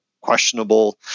questionable